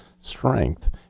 strength